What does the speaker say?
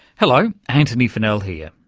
hello, antony funnell here.